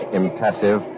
impassive